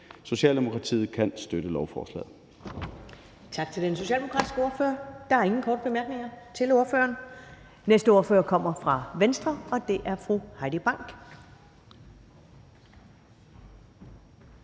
Socialdemokratiet kan støtte lovforslaget.